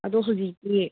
ꯑꯗꯣ ꯍꯧꯖꯤꯛꯇꯤ